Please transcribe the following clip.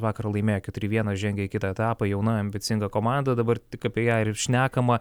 vakar laimėjo keturi vienas žengė į kitą etapą jauna ambicinga komanda dabar tik apie ją ir šnekama